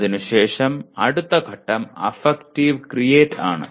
അതിനുശേഷം അടുത്ത ഘട്ടം അഫക്റ്റീവ് ക്രിയേറ്റ് ആണ്